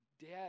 Dead